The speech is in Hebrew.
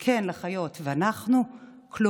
כן, לחיות, "ואנחנו כלום,